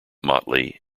motley